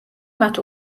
მათ